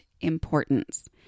importance